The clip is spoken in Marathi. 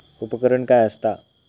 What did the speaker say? उपकरण काय असता?